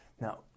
Now